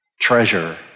treasure